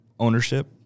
Ownership